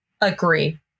Agree